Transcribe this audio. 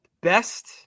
best